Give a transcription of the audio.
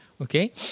Okay